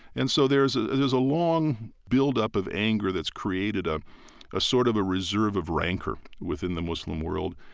and so there's ah there's a long buildup of anger that's created a ah sort of reserve of rancor within the muslim world.